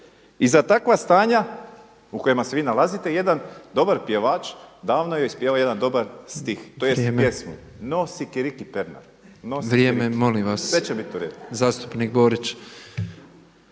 I za takva stanja u kojima se vi nalazite jedan dobar pjevač davno je ispjevao jedan dobar stih, tj. pjesmu no sikiriki Pernar, no sikiriki,